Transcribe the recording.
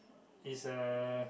is uh